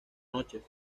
noches